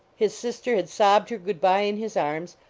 his sister had sobbed her good-bye in his arms,